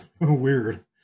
weird